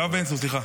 יואב בן צור, סליחה.